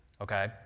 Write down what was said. Okay